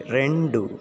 రెండు